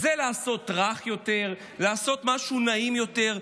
זה לעשות רך יותר, לעשות משהו נעים יותר.